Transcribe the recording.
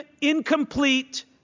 incomplete